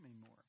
more